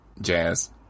Jazz